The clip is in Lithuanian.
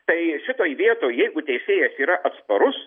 tai šitoj vietoj jeigu teisėjas yra atsparus